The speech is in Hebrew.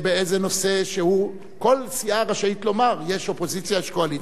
כל סיעה רשאית לומר, יש אופוזיציה ויש קואליציה.